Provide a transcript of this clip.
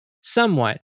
somewhat